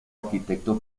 arquitecto